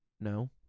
No